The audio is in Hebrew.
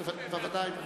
בוודאי.